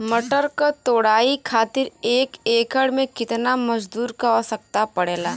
मटर क तोड़ाई खातीर एक एकड़ में कितना मजदूर क आवश्यकता पड़ेला?